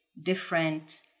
different